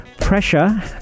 pressure